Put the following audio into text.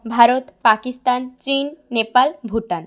Bharat Pakistan Chin Nepal Bhutan